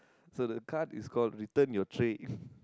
so the card is called return your tray